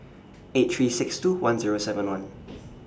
eight three six two one Zero seven one